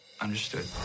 Understood